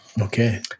Okay